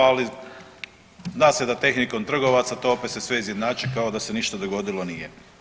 Ali zna se da se tehnikom trgovaca opet se sve izjednači kao da se ništa dogodilo nije.